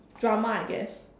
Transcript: drama I guess